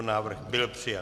Návrh byl přijat.